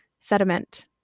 sediment